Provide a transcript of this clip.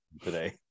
today